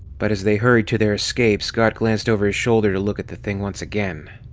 but as they hurried to their escape, scott glanced over his shoulder to look at the thing once again.